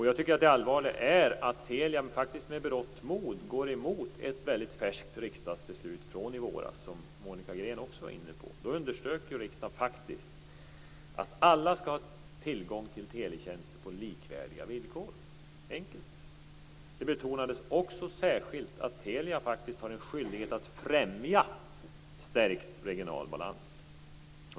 Jag tycker att det allvarliga är att Telia med berått mod faktiskt går emot ett färskt riksdagsbeslut från i våras, vilket Monica Green också var inne på. Då underströk riksdagen att alla skall ha tillgång till teletjänster på likvärdiga villkor. Enkelt! Det betonades också särskilt att Telia har en skyldighet att främja stärkt regional balans.